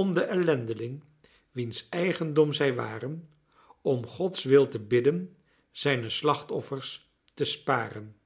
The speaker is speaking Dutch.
om den ellendeling wiens eigendom zij waren om gods wil te bidden zijne slachtoffers te sparen